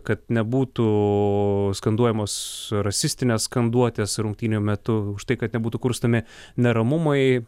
kad nebūtų skanduojamos rasistinės skanduotės rungtynių metu už tai kad nebūtų kurstomi neramumai